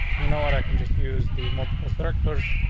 you know what? i can just use the multiple sectors,